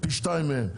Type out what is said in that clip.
פי שניים מהם,